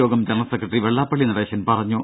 യോഗം general secretary Vellappally Natesan പറഞ്ഞു